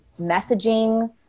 messaging